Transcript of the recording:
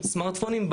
סמרטפונים.